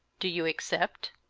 do you accept?